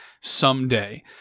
someday